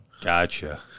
gotcha